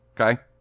Okay